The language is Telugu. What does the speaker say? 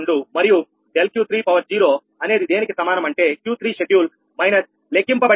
102 మరియు ∆Q30అనేది దేనికి సమానం అంటే Q3 షెడ్యూల్ మైనస్ లెక్కింపబడిన Q30